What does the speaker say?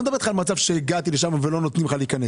אני לא מדבר על מצב שהגעתי ולא נתנו להיכנס.